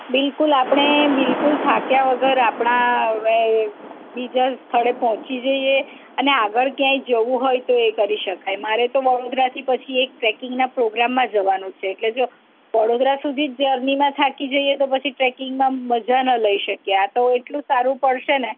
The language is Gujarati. બિલકુલ આપણે બિલકુલ થાક્યા વગર આપણા બીજા સ્થળે પહોંચી જઈએ અને આગળ ક્યાંય જવું હોય તો એ કરી શકાય મારે તો વડોદરાથી જ પછી એક ટ્રેકિંગના પ્રોગ્રામમાં જવાનું છે એટલે જો વડોદરા સુધી જ જર્નીમા થાકી જઈએ તો પછી ટ્રેકીંગમાં મઝા ન લઈ શકીએ આ તો એટલું સારું પડશેને